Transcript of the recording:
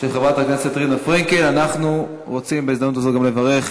חברי חברי הכנסת, אנחנו עוברים לנושא הבא.